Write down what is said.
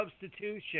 substitution